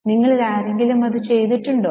നിങ്ങളിൽ ആരെങ്കിലും ഇത് ചെയ്തിട്ടുണ്ടോ